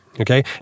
Okay